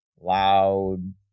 loud